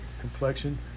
complexion